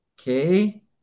okay